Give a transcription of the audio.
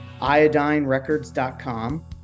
iodinerecords.com